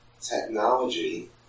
technology